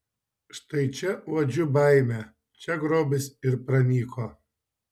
štai čia uodžiu baimę čia grobis ir pranyko